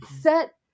set